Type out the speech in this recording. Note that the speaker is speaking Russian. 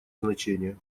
значение